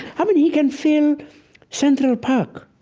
i mean, he can fill central park